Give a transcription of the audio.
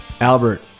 Albert